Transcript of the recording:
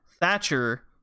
Thatcher